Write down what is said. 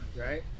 right